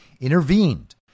intervened